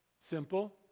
Simple